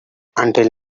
until